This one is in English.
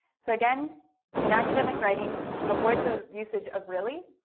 so again an academic writing avoid the usage of really